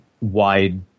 wide